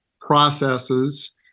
processes